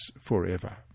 forever